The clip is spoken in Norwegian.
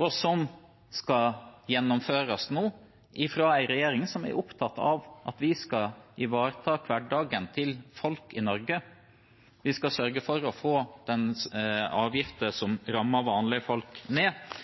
og som skal gjennomføres nå av en regjering som er opptatt av at vi skal ivareta hverdagen til folk i Norge. Vi skal sørge for å få de avgiftene som rammer vanlige folk, ned,